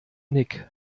nick